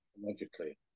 Logically